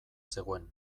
zegoen